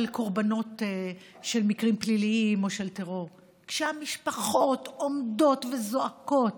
קורבנות של מקרים פליליים או של טרור: זה כשהמשפחות עומדות וזועקות,